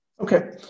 okay